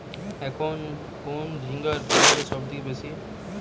এখন কোন ঝিঙ্গের বাজারদর সবথেকে বেশি?